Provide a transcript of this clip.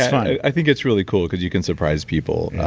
i think it's really cool because you can surprise people.